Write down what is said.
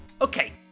Okay